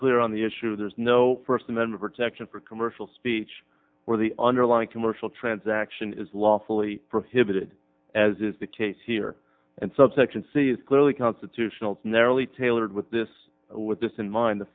clear on the issue there's no first amendment protection for commercial speech where the underlying commercial transaction is lawfully prohibited as is the case here and subsection c is clearly constitutional it's narrowly tailored with this with this in mind the